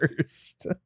first